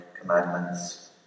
commandments